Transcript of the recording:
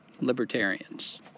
Libertarians